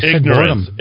Ignorance